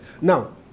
Now